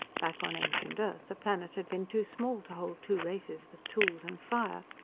back on ancient earth, a planet had been too small to hold two races with tools and fire.